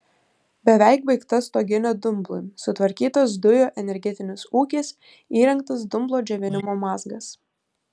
beveik baigta stoginė dumblui sutvarkytas dujų energetinis ūkis įrengtas dumblo džiovinimo mazgas